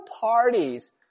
parties